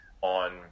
on